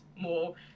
more